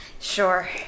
Sure